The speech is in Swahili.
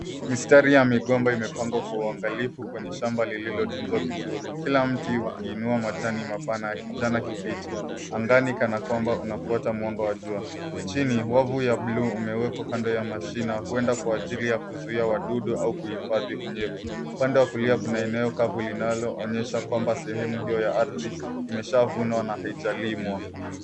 Mistari ya migomba imepangwa kwa uangalifu kwenye shamba lililotunzwa vizuri, kila mti ukiinua majani mapana ya kijani kibichi angani, kana kwamba unafuata mwanga wa jua. Chini, wavu ya buluu umewekwa kando ya mashina huenda kwa ajili ya kuzuia wadudu au kuhifadhi unyevu. Upande wa kulia kuna eneo kavu linaloonyesha kwamba sehemu hiyo ya ardhi imeshavunwa na haijalimwa.